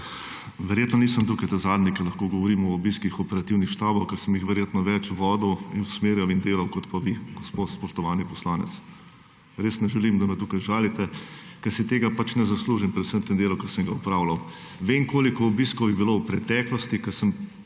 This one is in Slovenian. (SC) – 18.35 (nadaljevanje) govorim o obiskih operativnih štabov, ker sem jih verjetno več vodil in usmerjal in pa delal kot pa vi gospod spoštovani poslanec. Res ne želim, da me tukaj žalite, ker si tega ne zaslužim predvsem v tem delu, ki sem ga opravljal. Vem koliko obiskov je bilo v preteklosti,